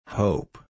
hope